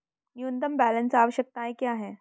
न्यूनतम बैलेंस आवश्यकताएं क्या हैं?